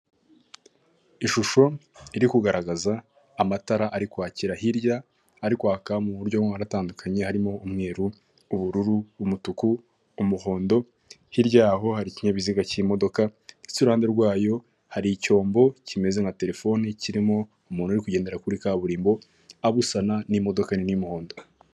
Ishusho iri kugaragaza amatara ari kwakira hirya, ari kwaka mu buryo ubona atandukanye, harimo umweru, ubururu, umutuku, umuhondo hiryaho hari ikinyabiziga cy'imodoka ndetse iruhande rwayo hari icyombo kimeze nka terefoni kirimo umuntu uri kugendera kuri kaburimbo, abusana n'imodoka nini y'umuhondo.